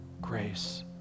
Grace